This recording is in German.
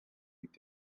mit